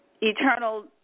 Eternal